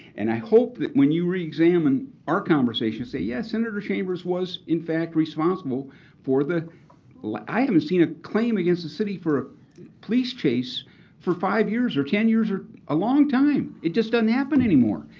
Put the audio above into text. and i hope that when you re-examine our conversation say, yes, senator chambers was in fact, responsible for the law i haven't seen a claim against the city for a police chase for five years or ten years or a long time. it just doesn't happen anymore.